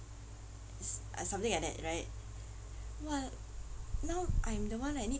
ah something like that right !wah! now I'm the [one] that need to